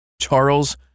Charles